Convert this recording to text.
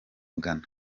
ghana